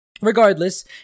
Regardless